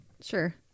Sure